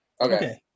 Okay